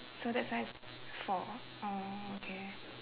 so that's why it's four oh okay